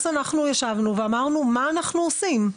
אנחנו ישבנו ואמרנו מה אנחנו עושים,